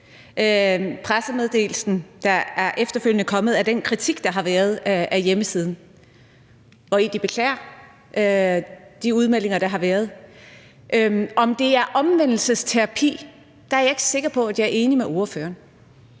pressemeddelelsen, der efterfølgende er kommet i forbindelse med den kritik, der har været af hjemmesiden, hvori de beklager de udmeldinger, der har været. Om det er omvendelsesterapi, er jeg ikke sikker på jeg er enig med ordføreren